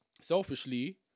selfishly